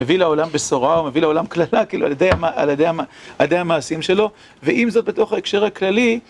מביא לעולם בשורה, ומביא לעולם קללה, כאילו, על ידי המעשים שלו, ועם זאת בתוך ההקשר הכללי...